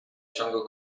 ciągu